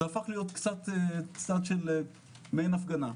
זה הפך להיות קצת מעין הפגנה.